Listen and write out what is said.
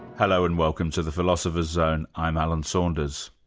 hello, and welcome to the philosopher's zone. i'm alan saunders.